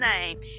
name